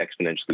exponentially